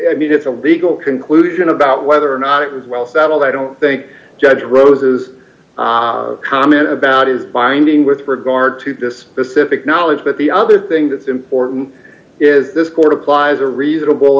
i mean it's a legal conclusion about whether or not it was well settled i don't think judge wrote his comment about is binding with regard to this specific knowledge but the other thing that's important is this court applies a reasonable